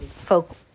folk